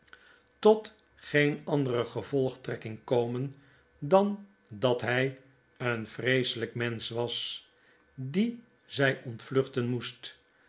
tot geen andere gevolgtrekking komen dan dat hij een vreeselp mensch was dien zij ontvluchten moest